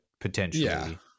potentially